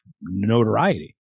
notoriety